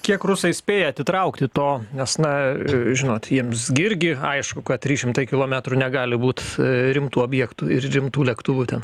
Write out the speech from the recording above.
kiek rusai spėja atitraukti to nes na žinot jiems gi irgi aišku kad trys šimtai kilometrų negali būt rimtų objektų ir rimtų lėktuvų ten